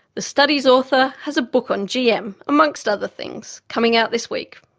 the study's author has a book on gm, amongst other things, coming out this week.